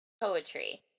poetry